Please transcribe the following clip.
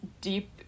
deep